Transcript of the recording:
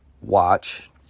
watch